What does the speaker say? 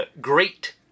great